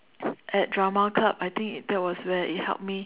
at drama club I think it that was where it helped me